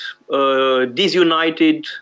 disunited